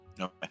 Okay